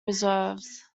reserves